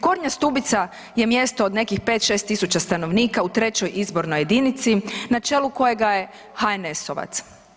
Gornja Stubica je mjesto od nekih 5-6000 stanovnika u 3. izbornoj jedinici na čelu kojega je HNS-ovac.